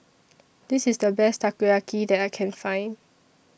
This IS The Best Takoyaki that I Can Find